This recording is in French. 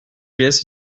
est